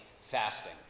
fasting